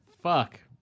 Fuck